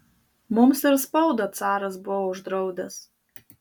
mums ir spaudą caras buvo uždraudęs